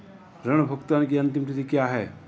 ऋण भुगतान की अंतिम तिथि क्या है?